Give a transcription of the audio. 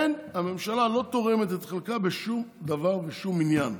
הממשלה לא תורמת את חלקה בשום דבר ושום עניין.